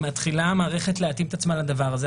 מתחילה המערכת להתאים את עצמה לדבר הזה,